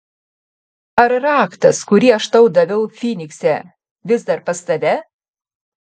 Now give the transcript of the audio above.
ar raktas kurį aš tau daviau fynikse vis dar pas tave